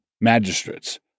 Magistrates